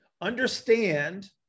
understand